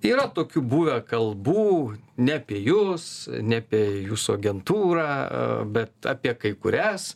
yra tokių buvę kalbų ne apie jus ne apie jūsų agentūrą bet apie kai kurias